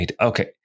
Okay